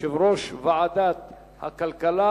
ותיכנס לספר החוקים של מדינת ישראל.